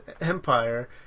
empire